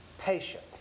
Patience